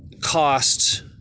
cost